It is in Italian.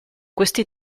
questi